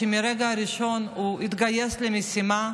שמהרגע הראשון הוא התגייס למשימה,